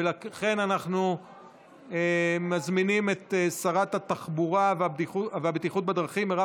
ולכן אנחנו מזמינים את שרת התחבורה והבטיחות בדרכים מרב